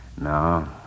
No